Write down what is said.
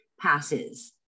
passes